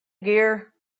gear